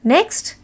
Next